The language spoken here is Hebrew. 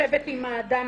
יושבת עם האדם